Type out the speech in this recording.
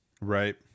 Right